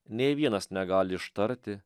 nei vienas negali ištarti